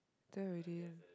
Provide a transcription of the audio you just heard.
don't really